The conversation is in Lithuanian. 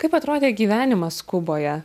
kaip atrodė gyvenimas kuboje